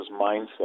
mindset